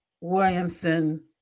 Williamson